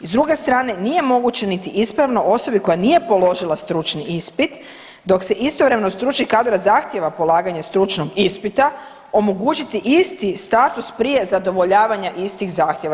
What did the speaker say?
S druge strane nije moguće niti ispravno osobi koja nije položila stručni ispit, dok se istovremeno stručnih kadrova zahtijeva polaganje stručnog ispita omogućiti isti status prije zadovoljavanja istih zahtjeva.